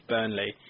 Burnley